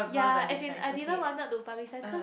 ya as in I didn't wanted to publicize because